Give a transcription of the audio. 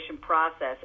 process